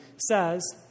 says